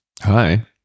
Hi